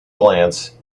glance